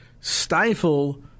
stifle